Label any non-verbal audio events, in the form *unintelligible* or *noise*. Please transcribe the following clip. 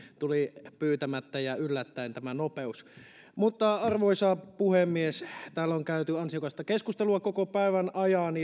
tuli pyytämättä ja yllättäen tämä nopeus arvoisa puhemies täällä on käyty ansiokasta keskustelua koko päivän ajan *unintelligible*